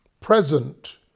present